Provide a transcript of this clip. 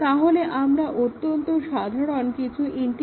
তাহলে আমরা অত্যন্ত সাধারণ কিছু ইন্টিগ্রেশন টেস্টিং পদ্ধতি লক্ষ্য করলাম